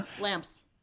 Lamps